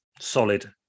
solid